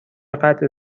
قطع